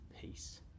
peace